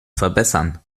verbessern